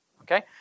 Okay